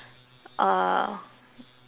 uh